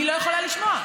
אני לא יכולה לשמוע.